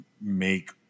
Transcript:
make